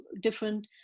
different